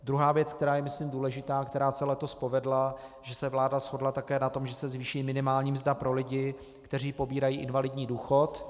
Druhá věc, která je myslím důležitá a která se letos povedla, že se vláda shodla také na tom, že se zvýší minimální mzda pro lidi, kteří pobírají invalidní důchod.